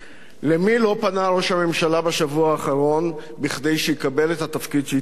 למי לא פנה ראש הממשלה בשבוע האחרון כדי שיקבל את התפקיד שהתפנה?